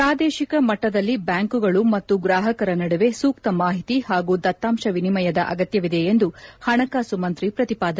ಪ್ರಾದೇಶಿಕ ಮಟ್ಟದಲ್ಲಿ ಬ್ಲಾಂಕುಗಳು ಮತ್ತು ಗ್ರಾಹಕರ ನಡುವೆ ಸೂಕ್ತ ಮಾಹಿತಿ ಹಾಗೂ ದತ್ತಾಂಶ ವಿನಿಮಯದ ಅಗತ್ಯವಿದೆ ಎಂದು ಹಣಕಾಸು ಮಂತ್ರಿ ಪ್ರತಿಪಾದನೆ